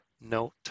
note